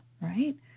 right